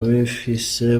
bahise